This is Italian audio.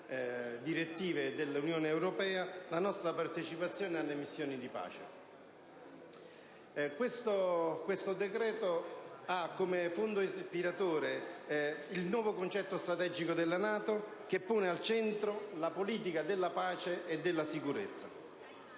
direttive dell'Unione europea, la nostra partecipazione alle missioni di pace. Questo decreto ha come fondo ispiratore il nuovo concetto strategico della NATO, che pone al centro la politica della pace e della sicurezza.